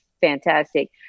fantastic